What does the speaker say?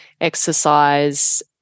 exercise